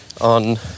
on